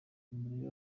nimurebe